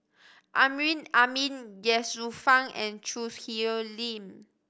Amrin Amin Ye Shufang and Choo Hwee Lim